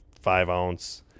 five-ounce